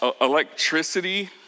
electricity